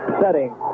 setting